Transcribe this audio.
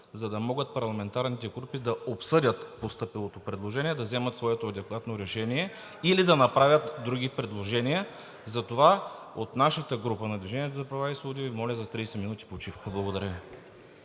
за да могат парламентарните групи да обсъдят постъпилото предложение, да вземат своето адекватно решение или да направят други предложения. Затова от нашата група, на „Движение за права и свободи“, Ви моля за 30 минути почивка. Благодаря.